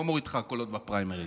אני לא מוריד לך קולות בפריימריז,